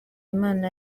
imana